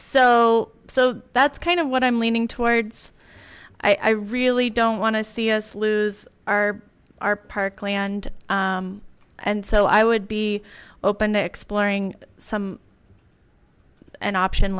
so so that's kind of what i'm leaning towards i really don't want to see us lose our our parkland and so i would be open to exploring some an option